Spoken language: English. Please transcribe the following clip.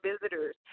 visitors